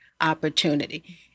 opportunity